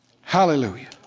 hallelujah